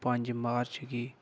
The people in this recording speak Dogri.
पंज मार्च गी